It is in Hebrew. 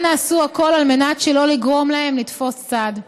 אנא, עשו הכול על מנת שלא לגרום להם לתפוס צד.